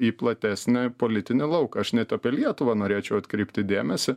į platesnį politinį lauką aš net apie lietuvą norėčiau atkreipti dėmesį